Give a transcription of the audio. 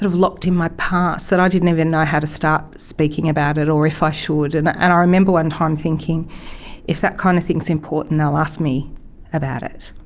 locked in my past that i didn't even know how to start speaking about it or if i should. and and i remember one time thinking if that kind of thing is important they'll ask me about it,